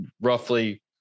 roughly